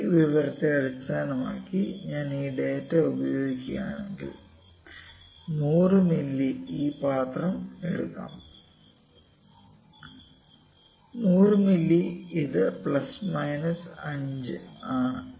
ഈ വിവരത്തെ അടിസ്ഥാനമാക്കി ഞാൻ ഈ ഡാറ്റ ഉപയോഗിക്കുകയാണെങ്കിൽ 100 മില്ലി ഈ പാത്രം എടുക്കാം 100 മില്ലി ഇത് പ്ലസ് മൈനസ് 5 മില്ലി 5 ml ആണ്